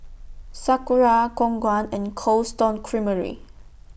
Sakura Khong Guan and Cold Stone Creamery